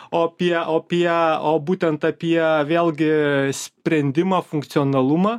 o apie o apie o būtent apie vėlgi sprendimą funkcionalumą